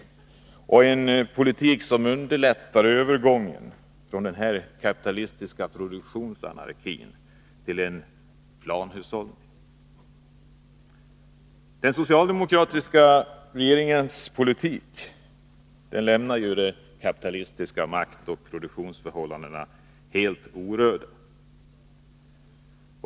Det krävs en politik som underlättar övergången från denna kapitalistiska produktionsanarki till en planhushållning. Den socialdemokratiska regeringens politik lämnar de kapitalistiska maktoch produktionsförhållandena helt orörda.